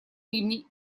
ливней